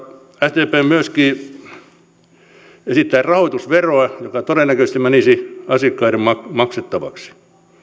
sdp myöskin esittää rahoitusveroa joka todennäköisesti menisi asiakkaiden maksettavaksi